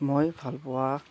মই ভালপোৱা